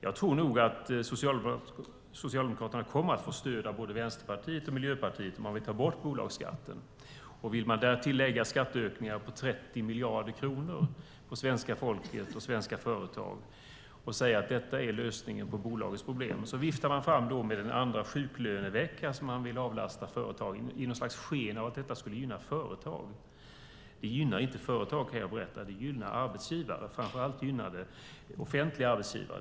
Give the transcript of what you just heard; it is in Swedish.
Jag tror nog att Socialdemokraterna kommer att få stöd av både Vänsterpartiet och Miljöpartiet om man vill ändra bolagsskatten. Därtill vill man lägga skatteökningar på 30 miljarder kronor på svenska folket och på svenska företag och säga att detta är lösningen på bolagens problem. Man viftar fram den andra sjuklöneveckan som man vill avlasta företagen i något slags sken av att detta skulle gynna företagen. Det gynnar inte företag, kan jag berätta. Det gynnar arbetsgivare. Framför allt gynnar det offentliga arbetsgivare.